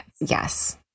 Yes